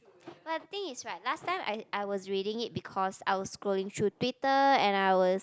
but I think is like last time I I was reading it because I'll scrolling through Peter and ours